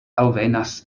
alvenas